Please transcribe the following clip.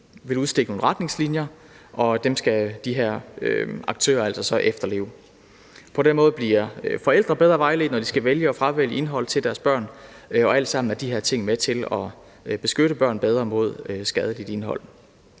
vil udstikke nogle retningslinjer, og dem skal de her aktører altså så efterleve. På den måde bliver forældre bedre vejledt, når de skal vælge og fravælge indhold til deres børn, og de her ting er tilsammen med til at beskytte børn bedre mod skadeligt indhold.